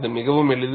இது மிகவும் எளிது